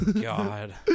God